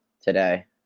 today